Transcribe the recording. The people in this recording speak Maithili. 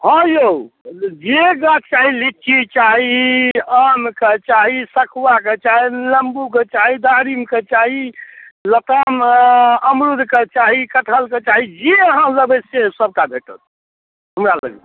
हाँ यौ जे गाछ चाही लीची चाही आमके चाही सखुआके चाही निम्बूके चाही दारहिमके चाही लताम अमरूदके चाही कटहलके चाही जे अहाँ लेबै से सभटा भेटत हमरा लगमे